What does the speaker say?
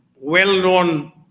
well-known